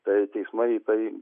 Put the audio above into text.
tai teismai į tai